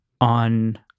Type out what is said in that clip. on